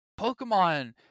pokemon